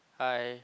hi